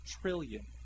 trillion